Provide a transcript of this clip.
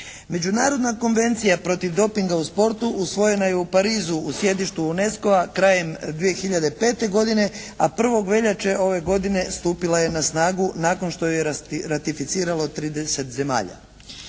Međunarodna konvencija protiv dopinga u sportu usvojena je u Parizu u sjedištu UNESCO-a krajem 2005. godine, a 1. veljače ove godine stupila je na snagu nakon što ju je ratificiralo 30 zemalja.